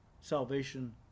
salvation